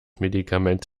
medikament